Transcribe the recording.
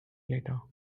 later